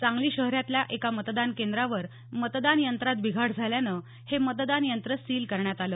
सांगली शहरातल्या एका मतदान केंद्रावर मतदान यंत्रात बिघाड झाल्यानं हे मतदान यंत्र सील करण्यात आलं